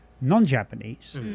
non-japanese